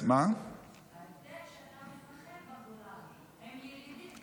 ההבדל הוא שאתה מפחד שבגולן הם ילידים,